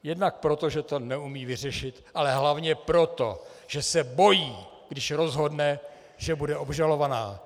Jednak proto, že to neumí vyřešit, ale hlavně proto, že se bojí, když rozhodne, že bude obžalovaná.